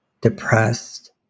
depressed